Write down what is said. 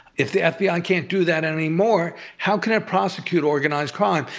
if the fbi ah can't do that anymore, how can it prosecute organized crime?